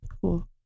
cool